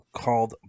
called